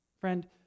Friend